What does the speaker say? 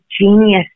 genius